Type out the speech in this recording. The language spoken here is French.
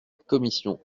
commission